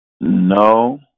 No